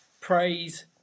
praise